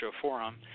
Forum